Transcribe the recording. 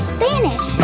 Spanish